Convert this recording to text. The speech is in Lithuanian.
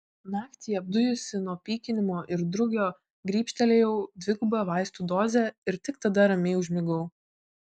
naktį apdujusi nuo pykinimo ir drugio grybštelėjau dvigubą vaistų dozę ir tik tada ramiai užmigau